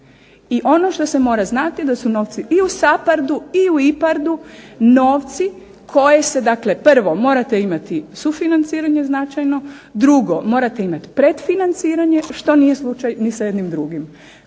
I ono što se mora znati da su novci i u SAPARD-u i u IPARD-u novci koje se dakle prvo morate imati sufinanciranje značajno. Drugo, morate imati predfinanciranje što nije slučaj ni sa jednim drugim.